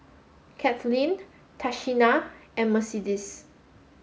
Cathleen Tashina and Mercedes